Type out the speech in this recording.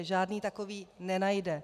Žádný takový nenajde.